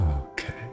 Okay